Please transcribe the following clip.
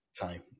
time